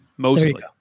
Mostly